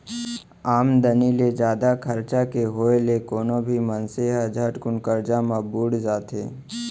आमदनी ले जादा खरचा के होय ले कोनो भी मनसे ह झटकुन करजा म बुड़ जाथे